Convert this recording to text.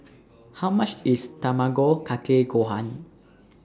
How much IS Tamago Kake Gohan